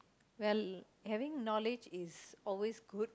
well having knowledge is always good